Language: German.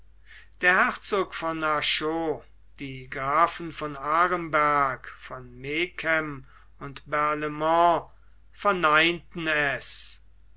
der herzog von arschot die grafen von aremberg von megen und barlaimont verneinten es